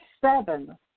seven